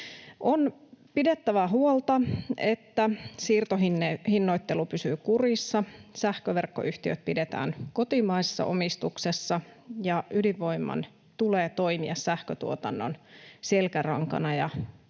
On pidettävä huolta, että siirtohinnoittelu pysyy kurissa, sähköverkkoyhtiöt pidetään kotimaisessa omistuksessa, ydinvoiman tulee toimia sähkötuotannon selkärankana, ja